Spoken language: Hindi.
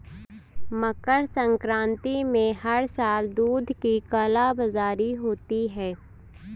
मकर संक्रांति में हर साल दूध की कालाबाजारी होती है